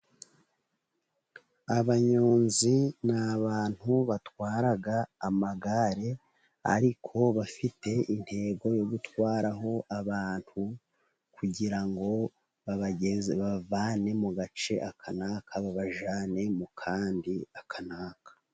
Abanyonzi ni abantu batwara amagare，ariko bafite intego yo gutwaraho abantu，kugira ngo babavane mu gace aka n’aka , bajyane mu kandi aka n'aka.